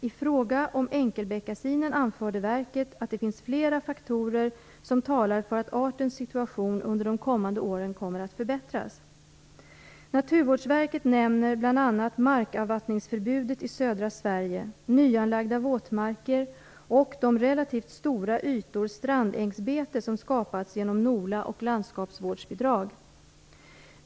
I fråga om enkelbeckasinen anförde verket att det finns flera faktorer som talar för att artens situation under de kommande åren kommer att förbättras. Naturvårdsverket nämner bl.a. markavvattningsförbudet i södra Sverige, nyanlagda våtmarker och de relativt stora ytor strandängsbete som skapats genom NOLA och landskapsvårdsbidrag.